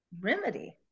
remedy